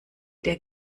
der